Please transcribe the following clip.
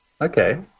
okay